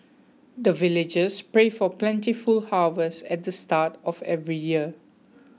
the villagers pray for plentiful harvest at the start of every year